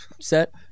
set